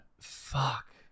fuck